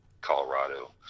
Colorado